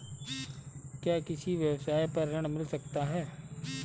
क्या किसी व्यवसाय पर ऋण मिल सकता है?